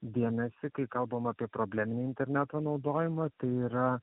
dėmesį kai kalbam apie probleminį interneto naudojimą tai yra